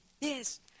Yes